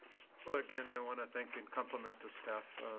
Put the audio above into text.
again, i want to thank and compliment the staff,